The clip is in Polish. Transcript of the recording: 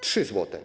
3 zł.